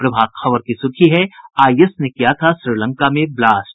प्रभात खबर की सुर्खी है आईएस ने किया था श्रीलंका में ब्लास्ट